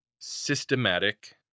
systematic